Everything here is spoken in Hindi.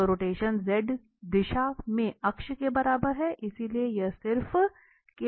तो रोटेशन Z दिशा में अक्ष के बारे में है इसलिए यह सिर्फ है